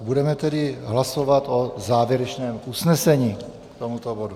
Budeme tedy hlasovat o závěrečném usnesení k tomuto bodu.